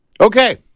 Okay